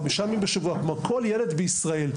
חמישה ימים בשבוע אם כל ילד בישראל,